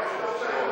איומה.